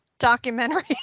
Documentary